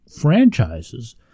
Franchises